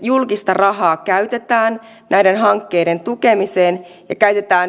julkista rahaa käytetään näiden hankkeiden tukemiseen ja käytetään